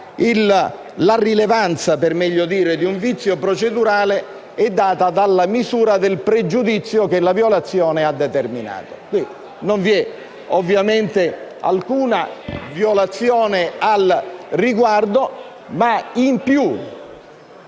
la rilevanza di un vizio procedurale è data dalla misura del pregiudizio che la violazione ha determinato. Non vi è ovviamente alcuna violazione al riguardo...